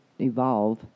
evolve